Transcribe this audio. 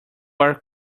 are